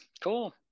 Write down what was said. cool